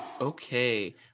Okay